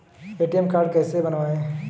ATM card कैसे बनवाएँ?